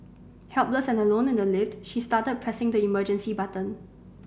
helpless and alone in the lift she started pressing the emergency button